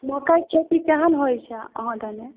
मकै खेती केहन होयत छै अहाँ दने